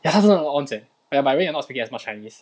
ya 他真的 onz leh oh ya by the way you're not speaking as much chinese